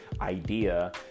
idea